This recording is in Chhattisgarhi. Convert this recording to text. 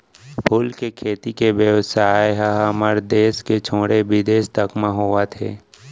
फूल के खेती के बेवसाय ह हमर देस के छोड़े बिदेस तक म होवत हे